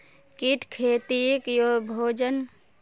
कीट खेतीक भोजन आर डाईर रूपत इस्तेमाल करवा सक्छई